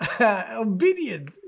obedient